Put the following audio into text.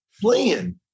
playing